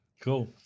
Cool